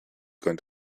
going